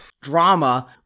drama